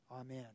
Amen